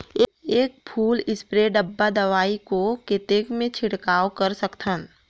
एक full spray डब्बा दवाई को कतेक म छिड़काव कर सकथन?